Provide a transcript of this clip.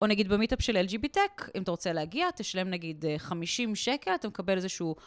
או נגיד במיטאפ של LGBTech, אם אתה רוצה להגיע תשלם נגיד 50 שקל, אתה מקבל איזשהו...